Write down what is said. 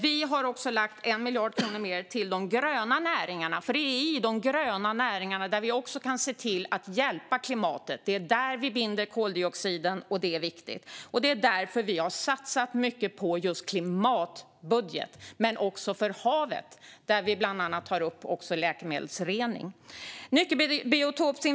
Vi har också lagt 1 miljard mer på de gröna näringarna, för det är i de gröna näringarna vi kan hjälpa klimatet genom att binda koldioxiden, vilket är viktigt. Det är därför vi satsar mycket på en klimatbudget. Det gäller också havet, där vi bland annat tar upp läkemedelsrening.